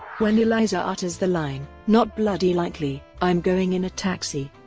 when eliza utters the line not bloody likely, i'm going in a taxi.